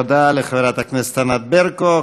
תודה לחברת הכנסת ענת ברקו.